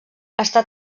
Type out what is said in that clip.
està